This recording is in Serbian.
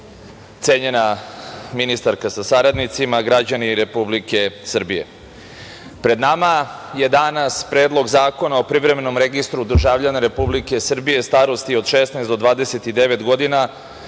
cenjena ministarka sa saradnicima, građani Republike Srbije, pred nama je danas Predlog zakona o privremenom registru državljana Republike Srbije starosti od 16 do 29 godina